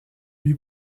lui